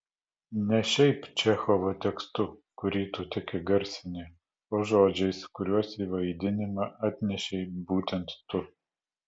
ne šiaip čechovo tekstu kurį tu tik įgarsini o žodžiais kuriuos į vaidinimą atnešei būtent tu